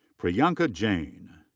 priyanka jain.